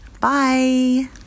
bye